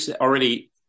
already